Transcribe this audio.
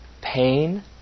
pain